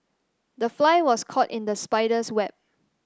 the fly was caught in the spider's web